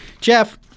Jeff